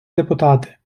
депутати